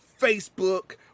Facebook